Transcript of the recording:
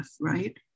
right